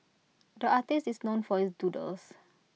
the artist is known for his doodles